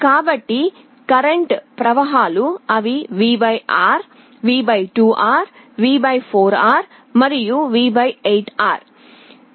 కాబట్టి కరెంటు ప్రవాహాలు అవి V R V 2R V 4R మరియు V 8 R